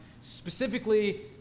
specifically